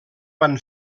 van